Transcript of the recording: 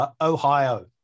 ohio